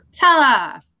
Tala